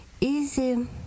easy